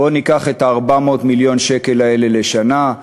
בואו ניקח את 400 מיליון השקלים האלה לשנה,